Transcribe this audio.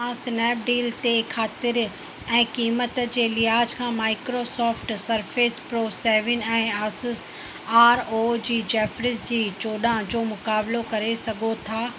तव्हां स्नैपडील ते ख़ातिरी ऐं क़ीमत जे लिहाज खां माइक्रोसॉफ्ट सरफेस प्रो सैवन ऐं आसुस आरओजी ज़ेफिरस जी चोॾहां जो मुक़ाबलो करे सघो था